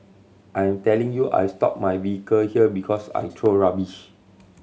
I'm telling you I stop my vehicle here because I throw rubbish